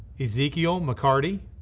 ezekiel mccarty,